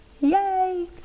yay